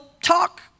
talk